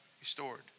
restored